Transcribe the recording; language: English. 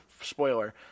spoiler